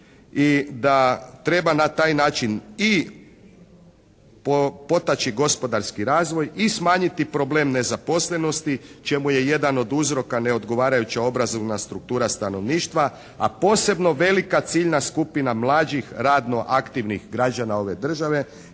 i da treba na taj način i potaći gospodarski razvoj i smanjiti problem nezaposlenosti, čemu je jedan od uzroka neodgovarajuća obrazovna struktura stanovništva. A posebno velika ciljna skupina mlađih radno aktivnih građana ove države.